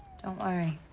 don't worry.